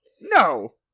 no